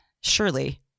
Surely